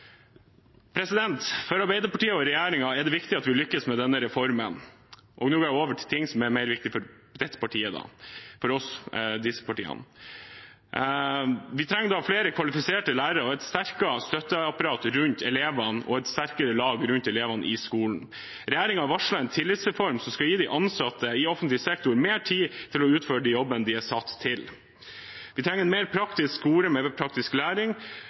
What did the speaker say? For Arbeiderpartiet og regjeringen er det viktig at vi lykkes med denne reformen – og nå går jeg over til ting som er mer viktig for oss, for disse partiene. Vi trenger flere kvalifiserte lærere, et sterkere støtteapparat og et sterkere lag rundt elevene i skolen. Regjeringen har varslet en tillitsreform som skal gi de ansatte i offentlig sektor mer tid til å utføre de jobbene de er satt til. Vi trenger en mer praktisk skole med praktisk læring,